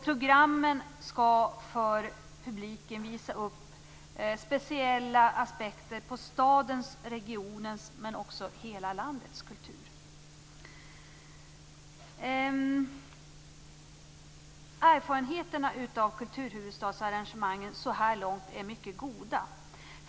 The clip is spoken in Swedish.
Programmen skall för publiken visa upp speciella aspekter på stadens, regionens men också hela landets kultur. Erfarenheterna av kulturhuvudstadsarrangemangen är så här långt mycket goda.